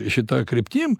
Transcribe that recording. šita kryptim